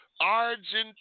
Argentina